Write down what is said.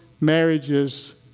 marriages